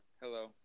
Hello